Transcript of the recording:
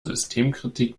systemkritik